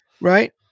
Right